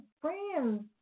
Friends